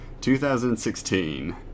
2016